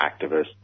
activists